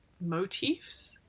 motifs